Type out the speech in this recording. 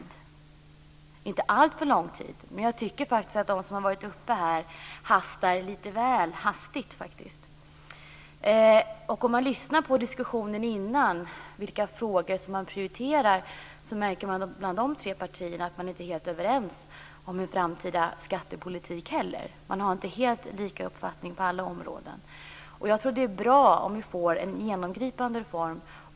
Den kan inte ta alltför lång tid, men jag tycker faktiskt att de som har varit uppe här hastar lite väl mycket. Om man lyssnar på diskussionen som har varit här tidigare, och på vilka frågor som prioriteras, så märker man att inte heller dessa tre partier är helt överens om den framtida skattepolitiken. Man har inte helt samma uppfattning på alla områden. Jag tror att det är bra om vi får en genomgripande reform.